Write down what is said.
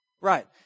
Right